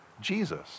Jesus